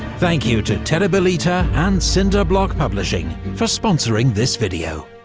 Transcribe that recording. thank you to terribilita and cinder block publishing for sponsoring this video.